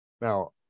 now